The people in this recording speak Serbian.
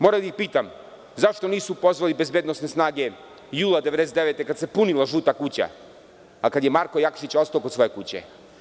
Moram da ih pitam zašto nisu pozvali bezbednosne snage jula 1999. godine kada se punila žuta kuća, a kada je Marko Jakšić ostao kod svoje kuće?